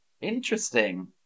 Interesting